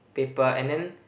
paper and then